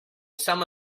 some